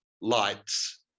lights